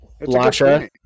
Lasha